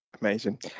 amazing